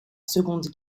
seconde